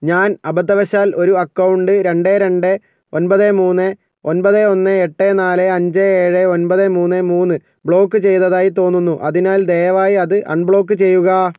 ഞാൻ അബദ്ധവശാൽ ഒരു അക്കൗണ്ട് രണ്ട് രണ്ട് ഒൻപത് മൂന്ന് ഒൻപത് ഒന്ന് എട്ട് നാല് അഞ്ച് ഏഴ് ഒൻപത് മൂന്ന് മൂന്ന് ബ്ലോക്ക് ചെയ്തതായി തോന്നുന്നു അതിനാൽ ദയവായി അത് അൺബ്ലോക്ക് ചെയ്യുക